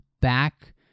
back